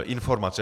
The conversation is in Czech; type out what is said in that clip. Informace.